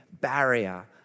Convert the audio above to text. barrier